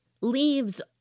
leaves